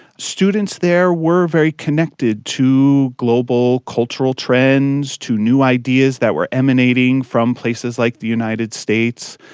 students there were very connected to global cultural trends, to new ideas that were emanating from places like the united states.